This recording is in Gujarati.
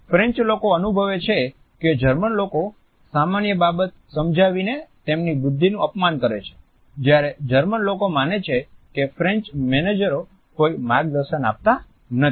ફ્રેન્ચ લોકો અનુભવે છે કે જર્મન લોકો સામાન્ય બાબત સમજાવીને તેમની બુધ્ધિનું અપમાન કરે છે જ્યારે જર્મન લોકો માને છે કે ફ્રેન્ચ મેનેજરો કોઈ માર્ગદર્શન આપતા નથી